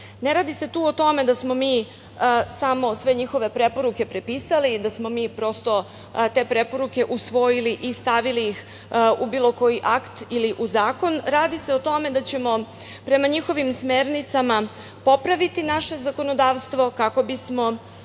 radi se tu o tome da smo mi samo sve njihove preporuke prepisali, da smo mi te preporuke usvojili i stavili ih u bilo koji akt ili u zakon, radi se o tome da ćemo prema njihovim smernicama popraviti naše zakonodavstvo kako bismo